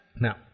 Now